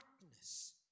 darkness